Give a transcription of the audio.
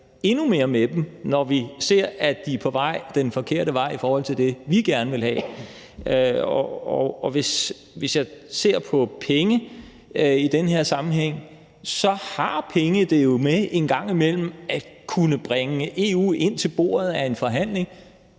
endnu mere med dem, når vi ser, at de er på vej i den forkerte retning, i forhold til hvad vi gerne vil have. Og hvis jeg ser på penge i den her sammenhæng, har penge det jo med en gang imellem at kunne bringe EU ind til bordet ved en forhandling,